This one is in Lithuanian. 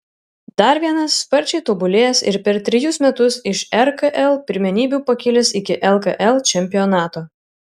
dar vienas sparčiai tobulėjęs ir per trejus metus iš rkl pirmenybių pakilęs iki lkl čempionato